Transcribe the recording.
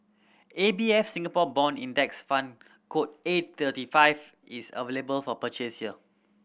A B F Singapore Bond Index Fund code A thirty five is available for purchase here